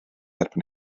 erbyn